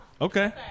okay